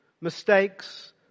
mistakes